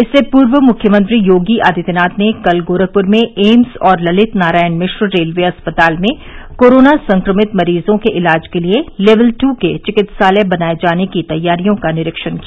इससे पूर्व मुख्यमंत्री योगी आदित्यनाथ ने कल गोरखपुर में एम्स और ललित नारायण मिश्र रेलवे अस्पताल में कोरोना संक्रमित मरीजों के इलाज के लिए लेवल टू के चिकित्सालय बनाये जाने की तैयारियों का निरीक्षण किया